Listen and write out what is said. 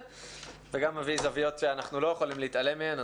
וגם מביא זוויות שאנחנו לא יכולים להתעלם מהן,